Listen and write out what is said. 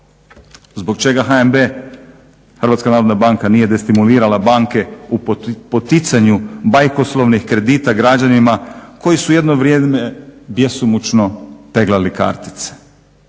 Zbog čega HNB nije destimulirala banke u poticanju bajoslovnih kredita građanima koji su jedno vrijeme bjesomučno peglali kartice?